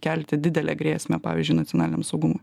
kelti didelę grėsmę pavyzdžiui nacionaliniam saugumui